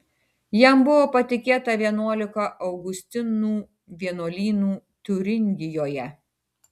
jam buvo patikėta vienuolika augustinų vienuolynų tiuringijoje